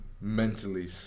mentally